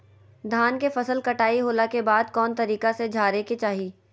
धान के फसल कटाई होला के बाद कौन तरीका से झारे के चाहि?